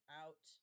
out